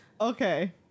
Okay